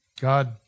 God